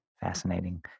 fascinating